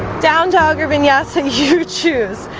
down dog irvin. yes, and you choose